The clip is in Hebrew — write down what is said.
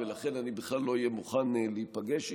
ולכן אני בכלל לא אהיה מוכן להיפגש איתו.